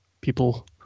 people